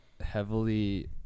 heavily